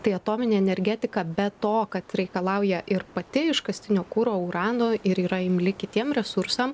tai atominė energetika be to kad reikalauja ir pati iškastinio kuro urano ir yra imli kitiem resursam